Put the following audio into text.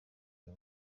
uyu